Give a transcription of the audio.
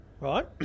right